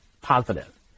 positive